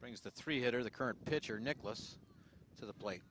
brings the three hitter the current pitcher necklace to the plate